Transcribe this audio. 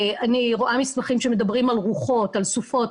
אני רואה מסמכים שמדברים על רוחות, על סופות.